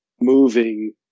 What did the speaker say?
moving